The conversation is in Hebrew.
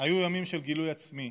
היו ימים של גילוי עצמי,